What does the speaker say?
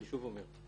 אני שוב אומר.